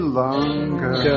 longer